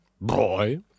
Boy